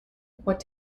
what